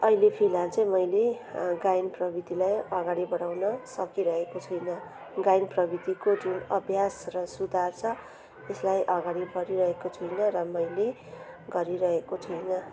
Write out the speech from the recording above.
अहिले फिलहाल चाहिँ मैले गायन प्रवृत्तिलाई अगाडि बढाउन सकिरहेको छुइनँ गायन प्रवृत्तिको जुन अभ्यास र सुधार छ त्यसलाई अगाडि बढिरहेको छुइनँ र मैले गरिरहेको छुइनँ